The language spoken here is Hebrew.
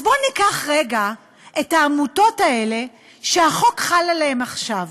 אז בואו ניקח רגע את העמותות האלה שהחוק חל עליהן עכשיו.